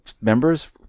members